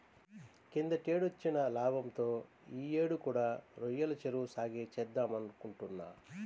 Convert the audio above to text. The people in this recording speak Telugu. కిందటేడొచ్చిన లాభంతో యీ యేడు కూడా రొయ్యల చెరువు సాగే చేద్దామనుకుంటున్నా